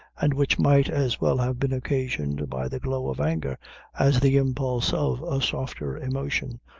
and which might as well have been occasioned by the glow of anger as the impulse of a softer emotion,